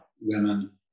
women